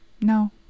No